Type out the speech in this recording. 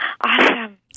Awesome